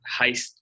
heist